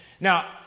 Now